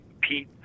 Pete